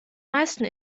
meisten